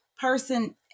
person